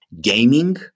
gaming